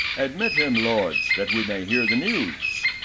admit him, lords, that we may hear the news.